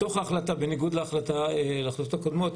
בתוך ההחלטה, בניגוד להחלטות הקודמות,